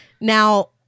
Now